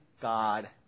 God